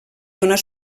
donar